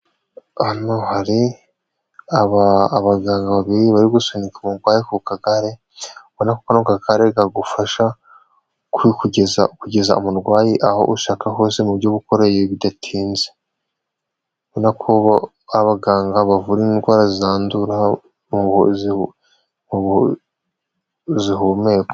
Hano hari abaganga babiri bari gusunika umurwayi ku kagare. Hano kano kagare kagufasha kugeza umurwayi aho ushaka hose mu buryo bukoroheye bidatinze. Urabona ko abaganga bavura indwara zandura, zihumekwa.